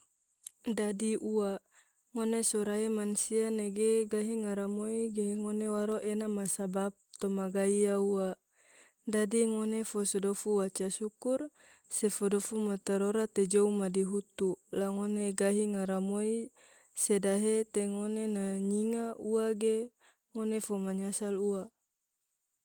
dadi ua, ngone sorai mannsia ne ge gahi ngaramoi ge ngone waro ena ma sabab toma gai iya ua, dadi ngone fo sodofu waca sukur se fodofu matorora te jou madihutu, la ngone gahi ngaramoi se dahe te ngone na nyinga ua ge, ngone fo manyasal ua.